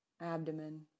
abdomen